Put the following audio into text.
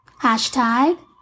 Hashtag